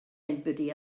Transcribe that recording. anybody